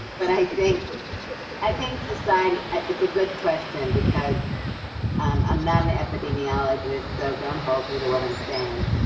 but i think i think society it's a good question, because i'm not an epidemiologist, so don't hold me to what i'm saying.